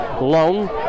Long